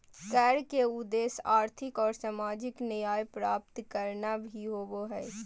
कर के उद्देश्य आर्थिक और सामाजिक न्याय प्राप्त करना भी होबो हइ